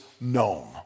known